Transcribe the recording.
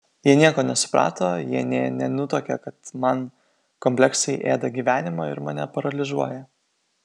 jie nieko nesuprato jie nė nenutuokia kad man kompleksai ėda gyvenimą ir mane paralyžiuoja